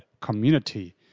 community